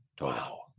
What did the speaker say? Wow